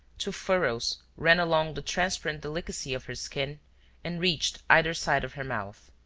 two furrows ran along the transparent delicacy of her skin and reached either side of her mouth.